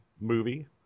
movie